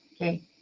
okay